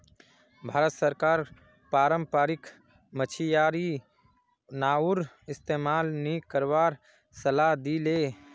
भारत सरकार पारम्परिक मछियारी नाउर इस्तमाल नी करवार सलाह दी ले